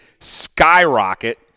skyrocket